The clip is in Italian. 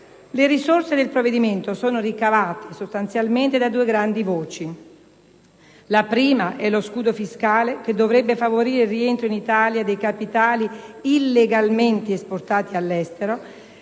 Le risorse del provvedimento sono ricavate sostanzialmente da due grandi voci. La prima è lo scudo fiscale, che dovrebbe favorire il rientro in Italia dei capitali illegalmente esportati all'estero;